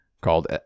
called